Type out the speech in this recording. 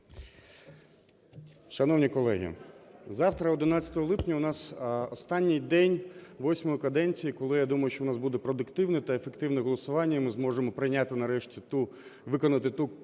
Шановні колеги, завтра, 11 липня, у нас останній день восьмої каденції, коли, я думаю, що у нас буде продуктивне та ефективне голосування, і ми зможемо прийняти, нарешті, виконати ту,